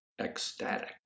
ecstatic